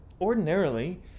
ordinarily